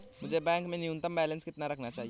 मुझे बैंक में न्यूनतम बैलेंस कितना रखना चाहिए?